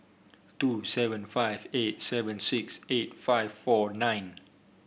two seven five eight seven six eight five four nine